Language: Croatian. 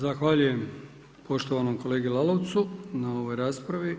Zahvaljujem poštovanom kolegi Lalovcu na ovoj raspravi.